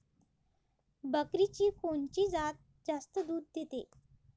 बकरीची कोनची जात जास्त दूध देते?